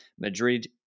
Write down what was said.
Madrid